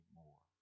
more